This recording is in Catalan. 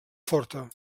forta